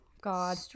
God